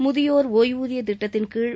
முதியோர் ஓய்வூதியத் திட்டத்தின்கீழ்